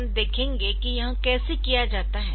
हम देखेंगे कि यह कैसे किया जाता है